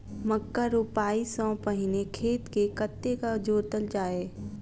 मक्का रोपाइ सँ पहिने खेत केँ कतेक जोतल जाए?